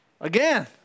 Again